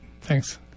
Thanks